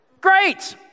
Great